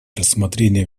рассмотрение